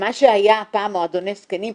מה שהיה פעם מועדוני זקנים,